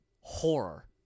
horror